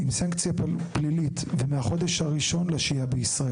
עם סנקציה פלילית ומהחודש הראש לשהייה בישראל.